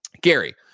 Gary